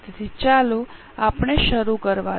તેથી ચાલો આપણે શરૂ કરીએ